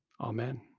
Amen